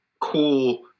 cool